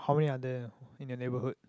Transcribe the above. how many are there in your neighbourhood